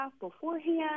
beforehand